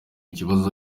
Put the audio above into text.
ibibazo